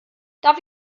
darf